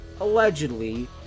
allegedly